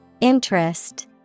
Interest